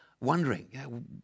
wondering